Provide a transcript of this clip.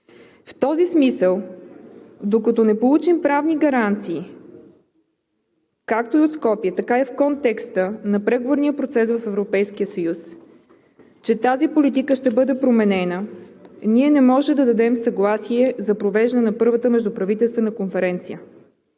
В този смисъл, докато не получим правни гаранции както от Скопие, така и в контекста на преговорния процес в Европейския съюз, че тази политика ще бъде променена, ние не можем да дадем съгласие за провеждане на Първата междуправителствена конференция